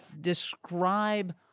describe